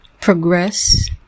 progress